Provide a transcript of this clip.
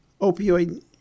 opioid